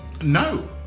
No